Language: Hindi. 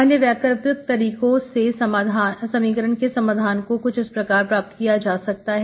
अन्य वैकल्पिक तरीके से समीकरण के समाधान को कुछ इस प्रकार प्राप्त किया जा सकता है